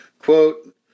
Quote